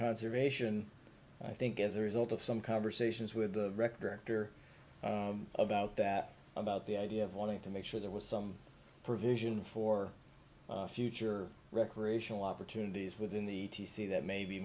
conservation i think as a result of some conversations with the director after about that about the idea of wanting to make sure there was some provision for future recreational opportunities within the t c that may be